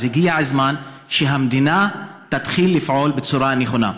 אז הגיע הזמן שהמדינה תתחיל לפעול בצורה נכונה.